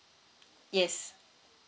yes